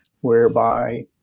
whereby